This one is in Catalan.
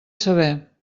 saber